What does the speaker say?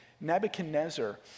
Nebuchadnezzar